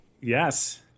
yes